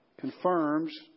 confirms